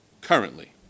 currently